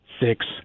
six